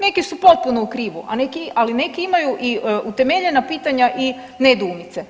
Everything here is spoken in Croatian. Neki su potpuno u krivu, ali neki imaju i utemeljena pitanja i nedoumice.